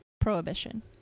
Prohibition